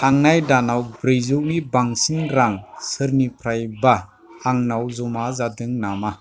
थांनाय दानाव ब्रैजौ नि बांसिन रां सोरनिफ्रायबा आंनाव जमा जादों नामा